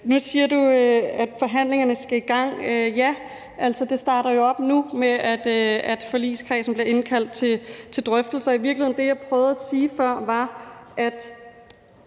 Nu siger du, at forhandlingerne skal i gang, og ja, det starter jo op nu med, at forligskredsen bliver indkaldt til drøftelser. Man kan godt spørge, hvorfor vi siger nej og